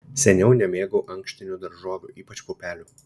seniau nemėgau ankštinių daržovių ypač pupelių